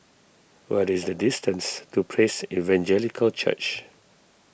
what is the distance to Praise Evangelical Church